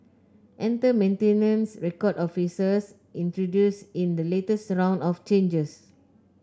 enter maintenance record officers introduced in the latest round of changes